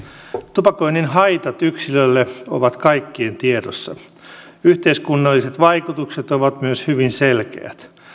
tupakoinnin haitat yksilölle ovat kaikkien tiedossa myös yhteiskunnalliset vaikutukset ovat hyvin selkeät